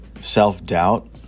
self-doubt